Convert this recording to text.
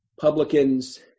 publicans